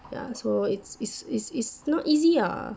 ya so it's it's it's it's not easy ah